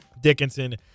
dickinson